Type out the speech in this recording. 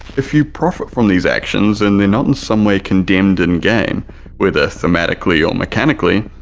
if you profit from these actions and they're not in some way condemned in game whether thematically or mechanically,